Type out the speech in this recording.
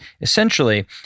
essentially